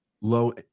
low